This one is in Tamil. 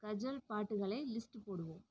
கஜல் பாட்டுகளை லிஸ்ட்டு போடுவோம்